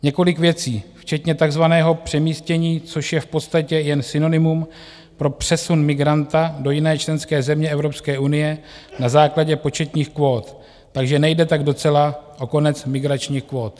Několik věcí včetně takzvaného přemístění, což je v podstatě jen synonymum pro přesun migranta do jiné členské země Evropské unie na základě početních kvót, takže nejde tak docela o konec migračních kvót.